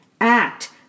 Act